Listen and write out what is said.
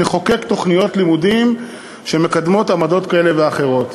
נחוקק תוכניות לימודים שמקדמות עמדות כאלה ואחרות.